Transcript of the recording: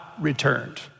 returned